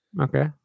Okay